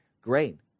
grain